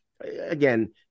again